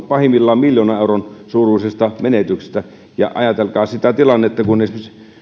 pahimmillaan miljoonan euron suuruisista menetyksistä ja ajatelkaa sitä tilannetta kun esimerkiksi